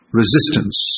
resistance